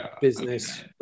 business